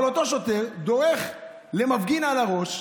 אבל אותו שוטר דורך למפגין על הראש,